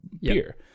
beer